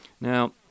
Now